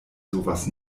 sowas